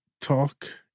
talk